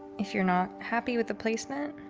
if you're not happy with the placement.